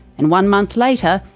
and one month later,